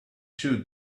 shoot